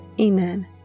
Amen